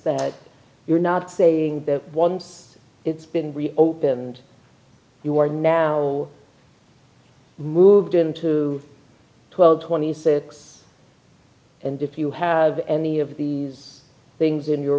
that you're not saying that once it's been reopened you are now moved into twelve twenty six and if you have any of these things in your